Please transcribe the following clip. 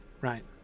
right